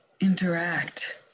interact